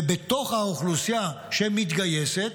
ובתוך האוכלוסייה שמתגייסת,